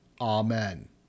Amen